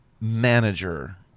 manager